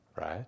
right